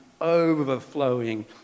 overflowing